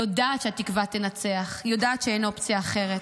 יודעת שהתקווה תנצח, יודעת שאין אופציה אחרת.